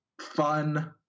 fun